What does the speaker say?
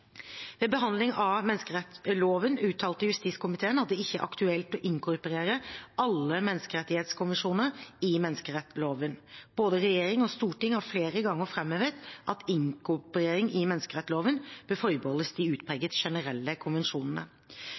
Ved behandlingen av menneskerettsloven uttalte justiskomiteen at det ikke er aktuelt å inkorporere alle menneskerettskonvensjoner i menneskerettsloven. Både regjeringen og Stortinget har flere ganger framhevet at inkorporering i menneskerettsloven bør forbeholdes de utpreget generelle konvensjonene.